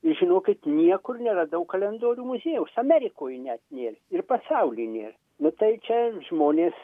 žinokit niekur neradau kalendorių muziejaus amerikoj net nėr ir pasauly nėr nu tai čia žmonės